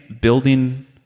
building